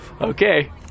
Okay